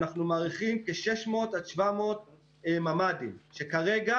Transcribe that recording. אנחנו מעריכים כ-600 עד 700 ממ"דים, שכרגע